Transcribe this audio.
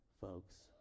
folks